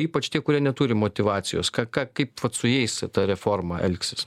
ypač tie kurie neturi motyvacijos ką ką kaip vat su jais ta reforma elgsis